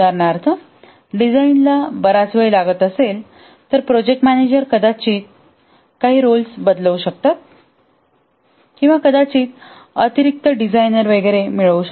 उदाहरणार्थ डिझाइनला बराच वेळ लागत असेल तर प्रोजेक्ट मॅनेजर कदाचित भूमिका बदलू शकतात किंवा कदाचित अतिरिक्त डिझायनर वगैरे मिळवतील